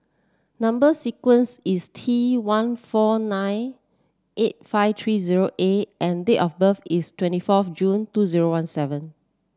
number sequence is T one four nine eight five three zero A and date of birth is twenty forth June two zero one seven